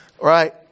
right